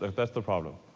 that's the problem.